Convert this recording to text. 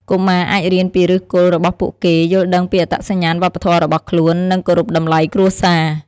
កុមារអាចរៀនពីឫសគល់របស់ពួកគេ យល់ដឹងពីអត្តសញ្ញាណវប្បធម៌របស់ខ្លួន និងគោរពតម្លៃគ្រួសារ។